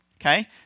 Okay